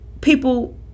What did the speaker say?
people